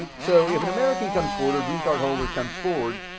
um so if an american comes forward or a green card holder comes forward,